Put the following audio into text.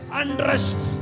undressed